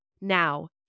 Now